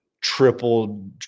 triple